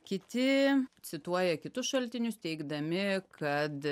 kiti cituoja kitus šaltinius teigdami kad